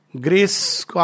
grace